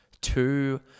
Two